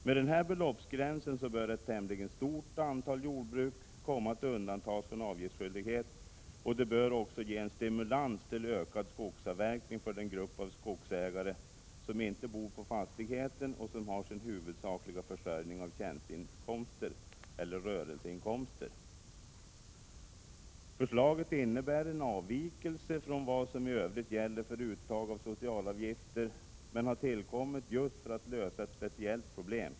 Med den här beloppsgränsen bör ett tämligen stort antal jordbruk komma att undantas från avgiftsskyldighet, och det bör också ge en stimulans till ökad skogsavverkning för den grupp av skogsägare som inte bor på fastigheten och som har sin huvudsakliga försörjning av tjänsteinkomster eller rörelseinkomster. Förslaget innebär en avvikelse från vad som i övrigt gäller för uttag av socialavgifter men har tillkommit just för att lösa ett speciellt problem.